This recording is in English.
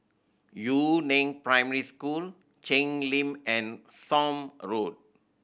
Yu Neng Primary School Cheng Lim and Somme Road